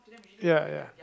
ya ya